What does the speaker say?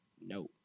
No